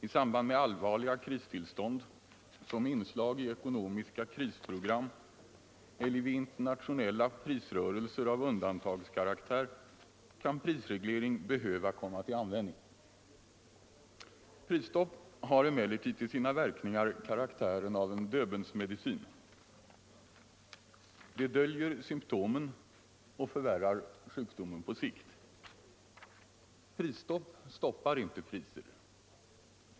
I samband med allvarliga kristillstånd, som inslag i ekonomiska krisprogram och vid internationella prisrörelser av undantagskaraktär kan prisreglering behöva komma till användning. Prisstopp har emellertid till sina verkningar karaktären av en Döbelnsmedicin: de döljer symtomen och förvärrar sjukdomen på sikt. Prisstopp stoppar inte priser.